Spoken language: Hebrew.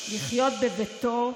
לחיות בביתו,